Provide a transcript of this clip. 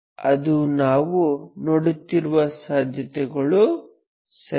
ಅದು ನಾವು ನೋಡುತ್ತಿರುವ ಸಾಧ್ಯತೆಗಳು ಸರಿ